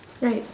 right